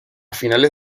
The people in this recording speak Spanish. finales